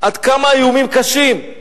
עד כמה האיומים קשים.